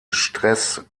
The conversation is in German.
stress